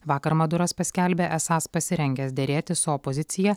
vakar maduras paskelbė esąs pasirengęs derėtis su opozicija